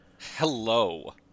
Hello